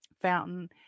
Fountain